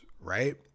right